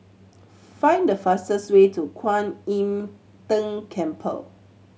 find the fastest way to Kwan Im Tng Temple